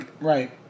Right